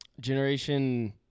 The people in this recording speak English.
Generation